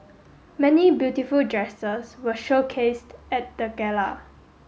many beautiful dresses were showcased at the gala